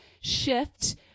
shift